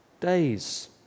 days